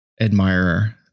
admirer